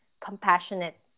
compassionate